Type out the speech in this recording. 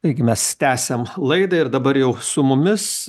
taigi mes tęsiam laidą ir dabar jau su mumis